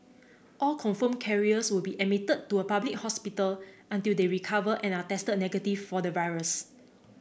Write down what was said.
all confirmed carriers will be admitted to a public hospital until they recover and are tested negative for the virus